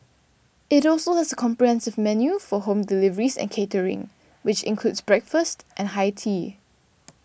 it also has a comprehensive menu for home deliveries and catering which includes breakfast and high tea